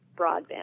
broadband